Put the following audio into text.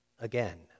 again